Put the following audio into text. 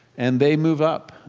and they move up.